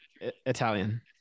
italian